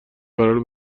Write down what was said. قراره